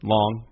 Long